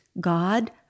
God